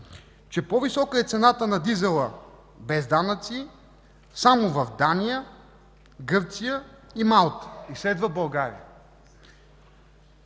че по-висока е цената на дизела, без данъци, само в Дания, Гърция и Малта, и следва България.